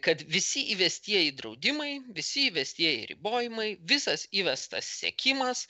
kad visi įvestieji draudimai visi vestieji ribojimai visas įvestas sekimas